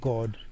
God